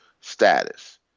status